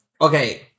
Okay